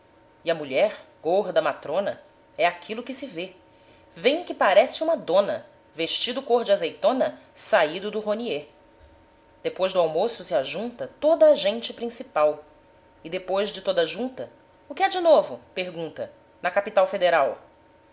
e a mulher gorda matrona é aquilo que se vê vem que parece uma dona vestido cor de azeitona saído do raunier depois do almoço se ajunta toda a gente principal e depois de toda junta o que há de novo pergunta na capital federal